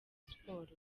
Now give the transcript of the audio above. sports